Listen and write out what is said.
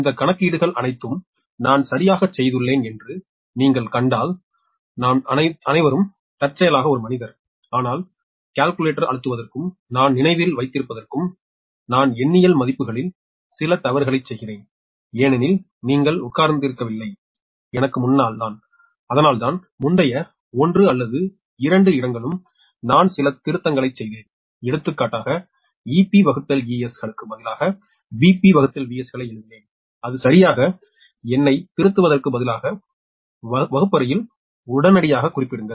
இந்த கணக்கீடுகள் அனைத்தும் நான் சரியாகச் செய்துள்ளேன் என்று நீங்கள் கண்டால் நாங்கள் அனைவரும் தற்செயலாக ஒரு மனிதர் ஆனால் கால்குலேட்டர் அழுத்துவதற்கும் நான் நினைவில் வைத்திருப்பதற்கும் நான் எண்ணியல் மதிப்புகளில் சில தவறுகளைச் செய்கிறேன் ஏனெனில் நீங்கள் உட்கார்ந்திருக்கவில்லை எனக்கு முன்னால் அதனால்தான் முந்தைய 1 அல்லது 2 இடங்களும் நான் சில திருத்தங்களைச் செய்தேன் எடுத்துக்காட்டாக EpEs களுக்குப் பதிலாக VpVs களை எழுதினேன் அது சரியாக என்னைத் திருத்துவதற்குப் பதிலாக வகுப்பறையில் உடனடியாகக் குறிக்கிறது